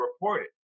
reported